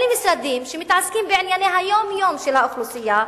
אלה משרדים שמתעסקים בענייני היום-יום של האוכלוסייה,